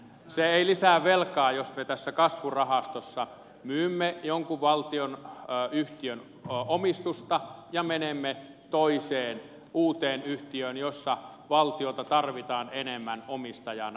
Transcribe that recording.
se ei lisää velkaa jos me tässä kasvurahastossa myymme jonkun valtionyhtiön omistusta ja menemme toiseen uuteen yhtiöön jossa valtiota tarvitaan enemmän omistajana